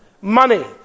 money